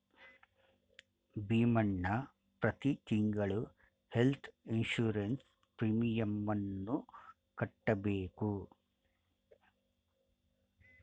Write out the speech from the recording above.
ಭೀಮಣ್ಣ ಪ್ರತಿ ತಿಂಗಳು health insurance ಪ್ರೀಮಿಯಮನ್ನು ಕಟ್ಟಬೇಕು